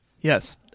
Yes